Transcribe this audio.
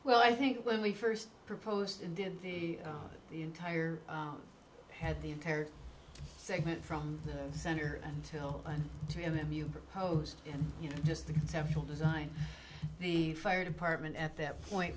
well i think when we first proposed and did the entire head the entire segment from the center until three of them you proposed you know just the conceptual design the fire department at that point